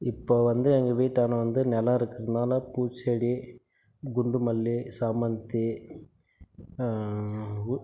இப்போ வந்து எங்கள் வீட்டாண்ட வந்து நிலம் இருக்கிறனால பூச்செடி குண்டு மல்லிகை சாமந்தி